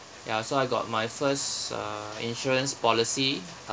ya so I got my first uh insurance policy